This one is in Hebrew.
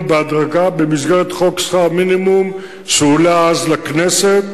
בהדרגה במסגרת חוק שכר מינימום שהועלה אז לכנסת,